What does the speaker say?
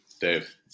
Dave